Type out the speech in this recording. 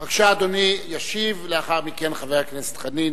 בבקשה, אדוני ישיב, ולאחר מכן חבר הכנסת חנין